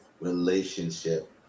relationship